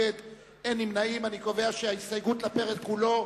אני לא יכול לתת לך פרס תנחומים,